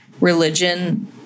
religion